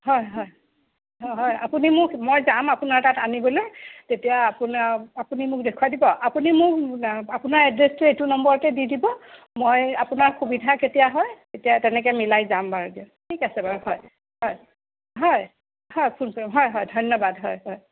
হয় হয় হয় আপুনি মোক মই যাম আপোনাৰ তাত আনিবলৈ তেতিয়া আপোনা আপুনি মোক দেখুৱাই দিব আপুনি মোক আপোনাৰ এড্ৰেছটো এইটো নম্বৰতে দি দিব মই আপোনাক সুবিধা কেতিয়া হয় তেতিয়া তেনেকৈ মিলাই যাম বাৰু দিয়ক ঠিক আছে বাৰু হয় হয় হয় হয় ফোন কৰিম হয় হয় ধন্যবাদ হয় হয়